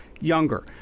younger